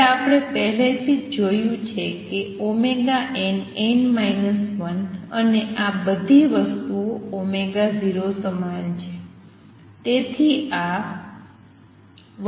હવે આપણે પહેલેથી જ જોયું છે કે nn 1 અને આ બધી વસ્તુઓ 0 સમાન છે